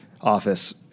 office